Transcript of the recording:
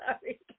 sorry